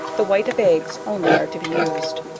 the white of eggs only are to be used.